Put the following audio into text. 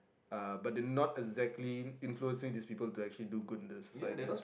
uh but they not exactly influencing these people to actually do good to the society